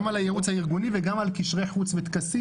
גם על הייעוץ הארגוני וגם על קשרי חוץ וטקסים,